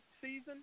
season